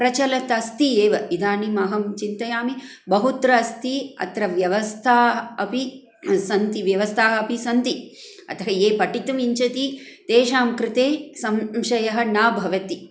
प्रचलत् अस्ति एव इदानीम् अहं चिन्तयामि बहुत्र अस्ति अत्र व्यवस्थाः अपि सन्ति व्यवस्थाः अपि सन्ति अतः ये पटितुम् इच्छति तेषां कृते संशयः न भवति